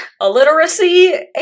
illiteracy